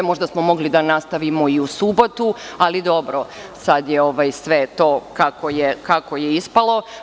Možda smo mogli da nastavimo i u subotu, ali dobro, sad je sve to kako je ispalo.